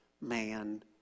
man